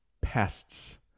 pests